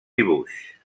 dibuix